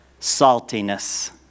saltiness